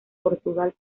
portugal